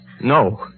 No